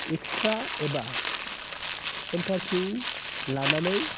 extra एबा interview लानानै